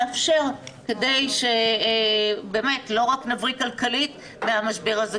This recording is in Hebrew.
לאפשר כדי שבאמת לא רק נבריא כלכלית מהמשבר הזה,